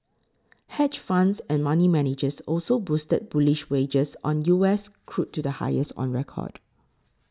hedge funds and money managers also boosted bullish wagers on U S crude to the highest on record